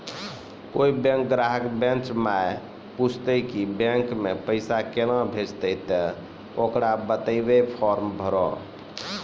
कोय बैंक ग्राहक बेंच माई पुछते की बैंक मे पेसा केना भेजेते ते ओकरा बताइबै फॉर्म भरो